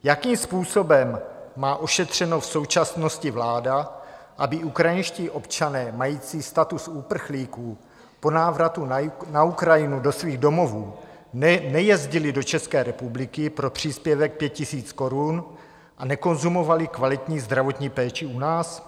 Jakým způsobem má ošetřeno v současnosti vláda, aby ukrajinští občané mající status uprchlíků po návratu na Ukrajinu do svých domovů nejezdili do České republiky pro příspěvek 5 000 korun a nekonzumovali kvalitní zdravotní péči u nás?